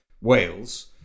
Wales